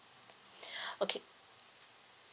okay